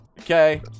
okay